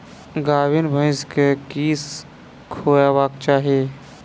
गाभीन भैंस केँ की खुएबाक चाहि?